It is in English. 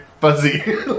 fuzzy